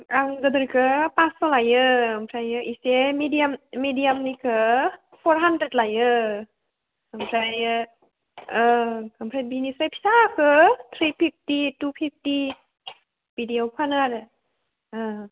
आं गिदिरखौ फासस' लायो ओमफ्राय एसे मिडियामनिखौ फर हानद्रेद लायो ओमफ्रायो ओमफ्राय बेनिफ्राय फिसाखौ थ्रि फिफ्थि टु फिफटि बिदियाव फानो आरो औ